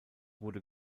wurde